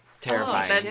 terrifying